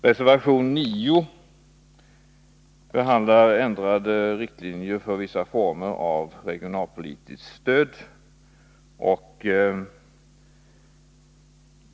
Reservation 9 behandlar ändrade riktlinjer för vissa former av regionalpolitiskt stöd.